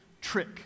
trick